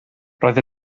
roedd